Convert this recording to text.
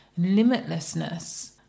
limitlessness